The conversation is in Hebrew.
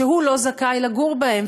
שהוא לא זכאי לגור בהן,